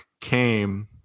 came